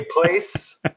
place